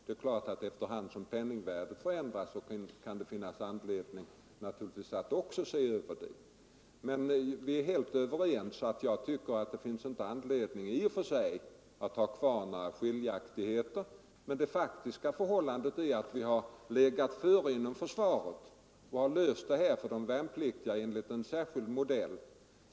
Efter hand som penningvärdet — Nr 122 förändras kan det naturligtvis finnas anledning att se över detta skydd. Torsdagen den Vi är alltså helt överens, och jag tycker inte det i och för sig finns — 14 november 1974 anledning att behålla några skiljaktigheter. Det faktiska förhållandet är —— att vi inom försvaret har legat före på detta område och har löst detta — Om åtgärder för att problem för de värnpliktiga enligt en särskild modell.